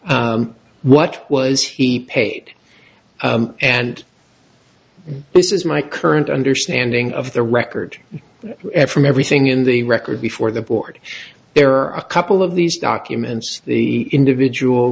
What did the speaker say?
what was he paid and this is my current understanding of the record efrem everything in the record before the board there are a couple of these documents the individual